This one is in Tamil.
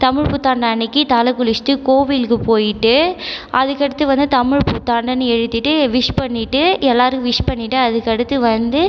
தமிழ் புத்தாண்டு அன்றைக்கி தலை குளிச்சுட்டு கோவிலுக்கு போயிட்டு அதுக்கு அடுத்து வந்து தமிழ் புத்தாண்டுன்னு எழுதிட்டு விஷ் பண்ணிட்டு எல்லோருக்கும் விஷ் பண்ணிட்டு அதுக்கு அடுத்து வந்து